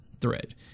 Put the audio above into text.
thread